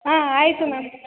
ಹಾಂ ಆಯಿತು ಮ್ಯಾಮ್